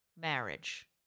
marriage